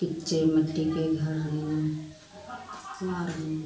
कच्चे मिट्टी के घर है कार है